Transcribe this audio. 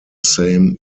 same